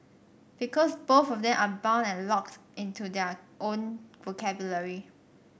because both of them are bound and locked into their own vocabulary